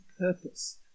purpose